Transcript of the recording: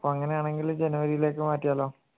അപ്പം അങ്ങനെയാണെങ്കിൽ ജനുവരിയിലേക്ക് മാറ്റിയാലോ